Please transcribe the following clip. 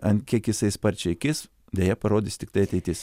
ant kiek jisai sparčiai kis deja parodys tiktai ateitis